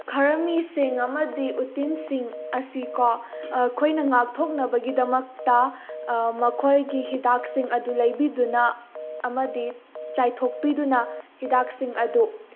ꯈꯔꯝꯕꯤꯁꯤꯡ ꯑꯃꯗꯤ ꯎꯇꯤꯟꯁꯤꯡ ꯑꯁꯤꯀꯣ ꯑꯩꯈꯣꯏꯅ ꯉꯥꯛꯊꯣꯛꯅꯕꯒꯤꯗꯃꯛꯇ ꯃꯈꯣꯏꯒꯤ ꯍꯤꯗꯥꯛꯁꯤꯡ ꯑꯗꯨ ꯂꯩꯕꯤꯗꯨꯅ ꯑꯃꯗꯤ ꯆꯥꯏꯊꯣꯛꯄꯤꯗꯨꯅ ꯍꯤꯗꯛꯁꯤꯡ ꯑꯗꯨ